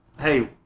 Hey